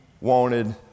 wanted